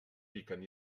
piquen